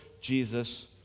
Jesus